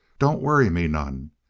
don't worry me none.